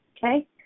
Okay